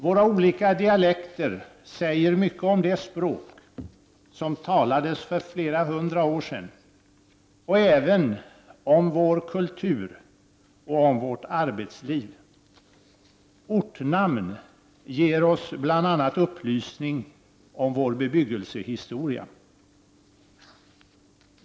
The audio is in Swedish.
Våra olika dialekter säger mycket om det språk som talades för flera hundra år sedan och även om vår kultur och om vårt arbetsliv. Ortnamn ger oss bl.a. upplysning om vår bebyggelsehistoria.